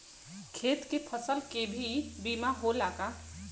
खेत के फसल के भी बीमा होला का?